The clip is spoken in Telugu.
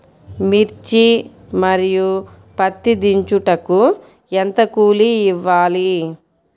మిర్చి మరియు పత్తి దించుటకు ఎంత కూలి ఇవ్వాలి?